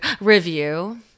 review